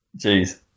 Jeez